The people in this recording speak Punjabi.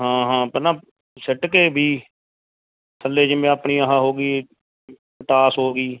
ਹਾਂ ਹਾਂ ਪਹਿਲਾਂ ਸੁੱਟ ਕੇ ਵੀ ਥੱਲੇ ਜਿਵੇਂ ਆਪਣੀ ਆਹ ਹੋ ਗਈ ਪੌਟਾਸ਼ ਹੋ ਗਈ